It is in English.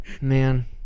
man